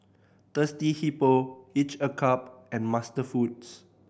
Thirsty Hippo Each a Cup and MasterFoods